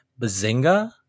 Bazinga